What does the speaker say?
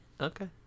Okay